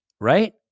right